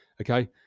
okay